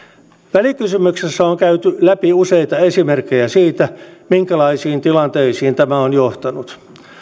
välikysymyksessä on käyty läpi useita esimerkkejä siitä minkälaisiin tilanteisiin tämä on johtanut